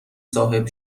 صاحب